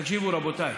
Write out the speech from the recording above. תקשיבו, רבותיי: